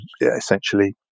essentially